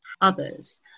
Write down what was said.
others